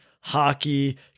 hockey